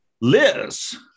Liz